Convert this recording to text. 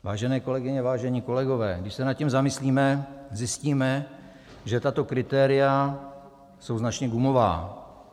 Vážené kolegyně, vážení kolegové, když se nad tím zamyslíme, zjistíme, že tato kritéria jsou značně gumová.